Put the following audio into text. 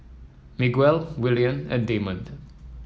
Miguel Willian and Damond